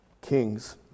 Kings